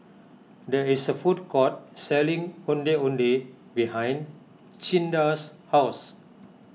there is a food court selling Ondeh Ondeh behind Cinda's house